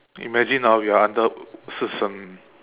imagine now you are under so soon